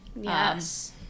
yes